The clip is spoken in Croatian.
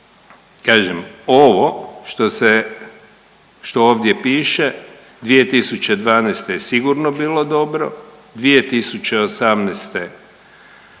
Kažem, ovo što se, što ovdje piše 2012. je sigurno bilo dobro, 2018. je